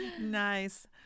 Nice